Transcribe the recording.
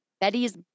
Betty's